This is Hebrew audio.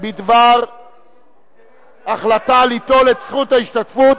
בדבר החלטה ליטול את זכות ההשתתפות